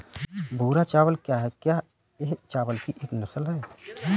भूरा चावल क्या है? क्या यह चावल की एक किस्म है?